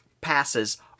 passes